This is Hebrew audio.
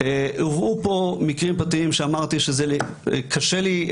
שאמרתי שזה קשה לי,